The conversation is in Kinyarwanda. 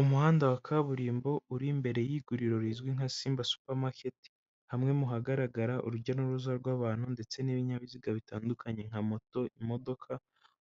Umuhanda wa kaburimbo uri imbere y'iguriro rizwi nka SIMBA Supermarket, hamwe mu hagaragara urujya n'uruza rw'abantu ndetse n'ibinyabiziga bitandukanye, nka moto, imodoka.